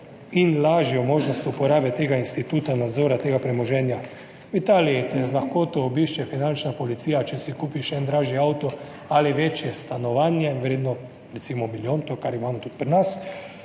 in lažjo možnost uporabe instituta nadzora tega premoženja. V Italiji te z lahkoto obišče finančna policija, če si kupiš nek dražji avto ali večje stanovanje, vredno recimo milijon, to, kar imamo tudi pri nas,